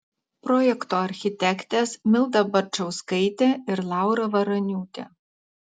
projekto architektės milda barčauskaitė ir laura varaniūtė